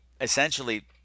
essentially